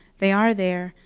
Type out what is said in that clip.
they are there,